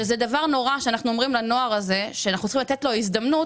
וזה דבר נורא שאנחנו אומרים לנוער הזה שאנחנו צריכים לתת לו הזדמנות,